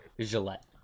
Gillette